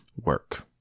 work